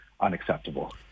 unacceptable